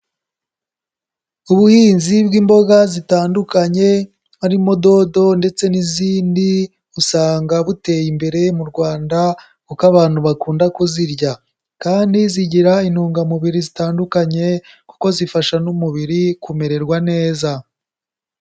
Ubuhinzi bw'imboga zitandukanye harimo dodo ndetse n'izindi usanga buteye imbere mu Rwanda kuko abantu bakunda kuzirya, kandi zigira intungamubiri zitandukanye kuko zifasha n'umubiri kumererwa neza.